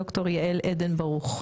ד"ר יעל עדן ברוך.